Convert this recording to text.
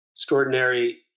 Extraordinary